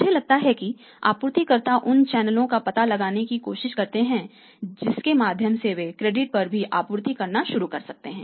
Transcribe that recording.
मुझे लगता है कि आपूर्तिकर्ता उन चैनलों का पता लगाने की कोशिश करते हैं जिनके माध्यम से वे क्रेडिट पर भी आपूर्ति करना शुरू कर सकते हैं